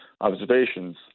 observations